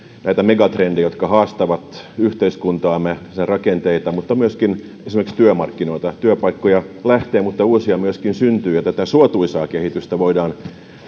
näitä megatrendejä jotka haastavat yhteiskuntaamme sen rakenteita mutta myöskin esimerkiksi työmarkkinoita työpaikkoja lähtee mutta uusia myöskin syntyy ja tätä suotuisaa kehitystä voidaan